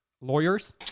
lawyers